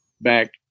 back